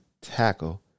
tackle